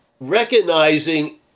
recognizing